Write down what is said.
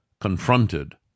confronted